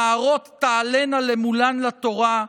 נערות תעלינה למולן לתורה,